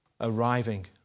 arriving